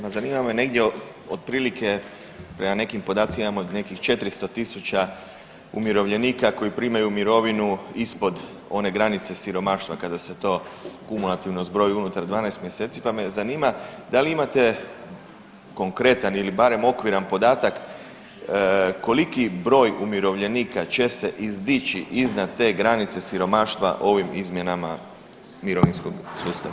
Ma zanima me negdje otprilike, prema nekim podacima imamo nekih 400 tisuća umirovljenika koji primaju mirovinu ispod one granice siromaštva kada se to kumulativno zbroji unutar 12 mjeseci pa me zanima da li imate konkretan ili barem okviran podatak koliki broj umirovljenika će se izdići iznad te granice siromaštva ovim izmjenama mirovinskog sustava?